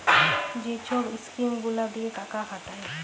যে ছব ইস্কিম গুলা দিঁয়ে টাকা খাটায়